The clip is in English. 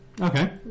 Okay